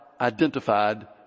identified